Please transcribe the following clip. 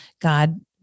god